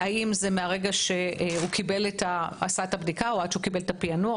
האם זה מהרגע שהוא עשה את הבדיקה או עד שהוא קיבל את הפיענוח?